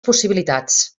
possibilitats